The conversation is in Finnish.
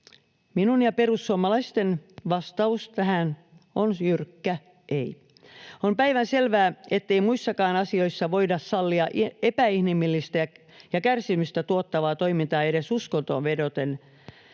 ja perussuomalaisten vastaus tähän on jyrkkä ”ei”. On päivänselvää, ettei muissakaan asioissa voida sallia epäinhimillistä ja kärsimystä tuottavaa toimintaa edes uskontoon vedoten.